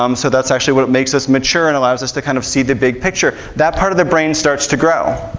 um so that's what makes us mature and allows us to kind of see the big picture. that part of the brain starts to grow.